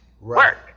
work